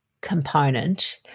component